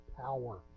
power